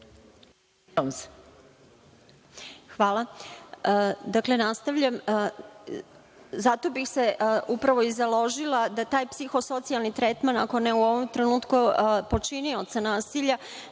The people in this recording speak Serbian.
Hvala. Nastavljam. Zato bih se upravo i založila da taj psiho-socijalni tretman, ako ne u ovom trenutku, počinioca nasilja